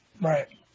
Right